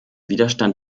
widerstand